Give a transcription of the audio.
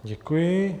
Děkuji.